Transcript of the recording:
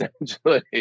essentially